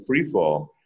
freefall